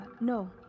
no